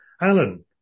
Alan